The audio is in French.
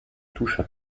toucha